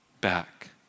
back